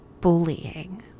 bullying